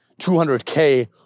200k